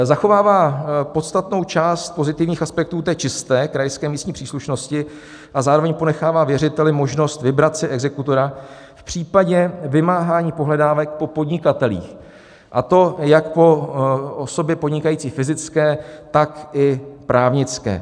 Zachovává podstatnou část pozitivních aspektů čisté krajské místní příslušnosti a zároveň ponechává věřiteli možnost vybrat si exekutora v případě vymáhání pohledávek po podnikatelích, a to jak po osobě podnikající fyzické, tak i právnické.